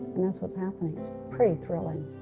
and that's what's happening. it's pretty thrilling.